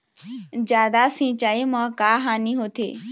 जादा सिचाई म का हानी होथे?